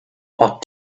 what